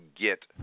get